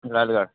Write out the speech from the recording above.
یادگار